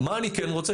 מה אני כן רוצה?